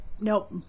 Nope